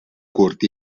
curt